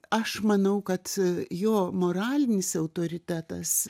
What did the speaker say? aš manau kad jo moralinis autoritetas